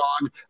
dog